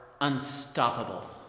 unstoppable